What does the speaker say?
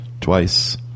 twice